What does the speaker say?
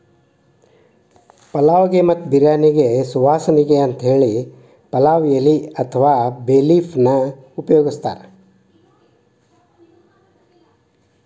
ಪಲಾವ್ ಗೆ ಮತ್ತ ಬಿರ್ಯಾನಿಗೆ ಸುವಾಸನಿಗೆ ಅಂತೇಳಿ ಪಲಾವ್ ಎಲಿ ಅತ್ವಾ ಬೇ ಲೇಫ್ ಅನ್ನ ಉಪಯೋಗಸ್ತಾರ